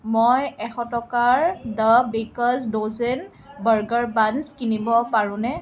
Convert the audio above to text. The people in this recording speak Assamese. মই এশ টকাৰ the baker's dozen burger buns কিনিব পাৰোঁনে